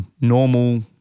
normal